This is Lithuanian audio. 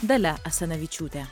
dalia asanavičiūte